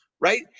right